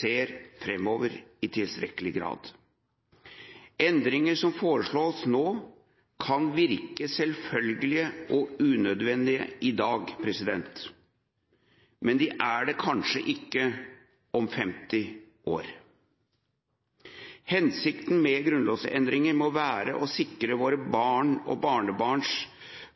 ser framover i tilstrekkelig grad. Endringer som foreslås nå, kan virke selvfølgelige og unødvendige i dag, men de er kanskje ikke det om 50 år. Hensikten med grunnlovsendringer må være å sikre våre barnebarn og barnebarns